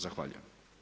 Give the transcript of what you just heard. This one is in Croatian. Zahvaljujem.